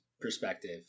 perspective